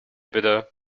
bitte